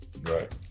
Right